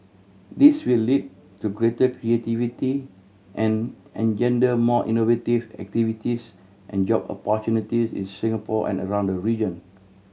this will lead to greater creativity and engender more innovative activities and job opportunities in Singapore and around the region